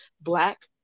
Black